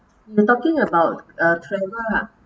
you talking about uh travel ah